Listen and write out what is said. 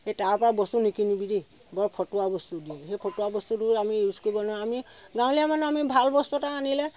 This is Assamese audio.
এই তাৰ পৰা বস্তু নিকিনিবি দেই বৰ ফটুৱা বস্তু দিয়ে এই ফটুৱা বস্তুটো আমি ইউজ কৰিব নোৱাৰোঁ আমি গাঁৱলীয়া মানুহ আমি ভাল বস্তু এটা আনিলে